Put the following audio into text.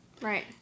right